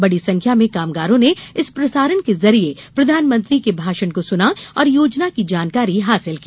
बड़ी संख्या में कामगारों ने इस प्रसारण के जरिए प्रधानमंत्री के भाषण को सुना और योजना की जानकारी हासिल की